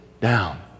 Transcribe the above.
down